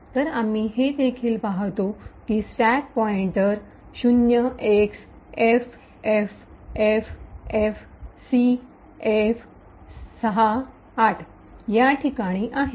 तर आम्ही हे देखील पाहतो की स्टॅक पॉईंटर 0xffffcf68 या ठिकाणी आहे